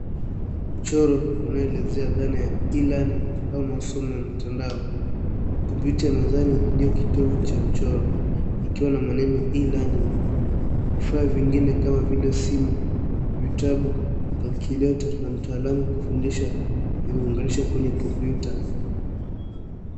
Mchoro unaoelezea dhana ya e- learning au masomo ya mtandao, computer ya mezani ndio kitovu cha mchoro ikiwa na maneno e-learning vifaa vingine kama vile simu, vitabu, calculator na mtaalamu wa kufundisha vimeunganishwa kwenye computer .